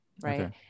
right